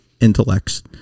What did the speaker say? intellects